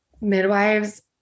midwives